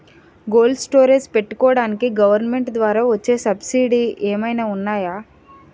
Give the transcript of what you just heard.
Cold storage పెట్టుకోడానికి government ద్వారా వచ్చే సబ్సిడీ ఏమైనా ఉన్నాయా?